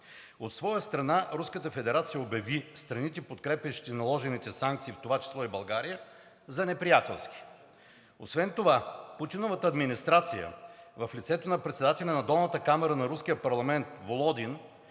Руската федерация обяви страните, подкрепящи наложените санкции, в това число и България, за неприятелски. Освен това Путиновата администрация в лицето на председателя на долната камара на руския парламент Володин